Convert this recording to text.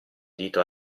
dito